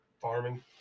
Farming